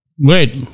wait